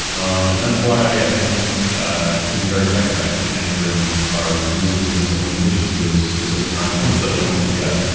and that's why i think it can be very effective actually, anchoring our usage of these supplementations to a specific time point, so that we don't forget.